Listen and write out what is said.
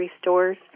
stores